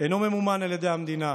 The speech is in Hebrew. אינו ממומן על ידי המדינה.